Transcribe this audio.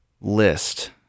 list